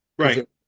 right